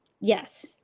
Yes